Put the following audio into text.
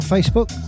Facebook